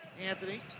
Anthony